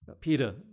Peter